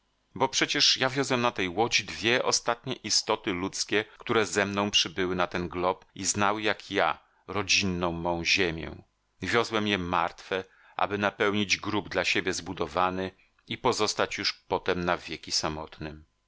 bo przecież ja wiozłem na tej łodzi dwie ostatnie istoty ludzkie które ze mną przybyły na ten glob i znały jak ja rodzinną mą ziemię wiozłem je martwe aby napełnić grób dla siebie zbudowany i pozostać już potem na wieki samotnym